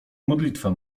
modlitwę